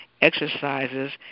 Exercises